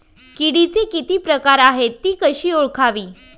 किडीचे किती प्रकार आहेत? ति कशी ओळखावी?